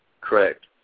Correct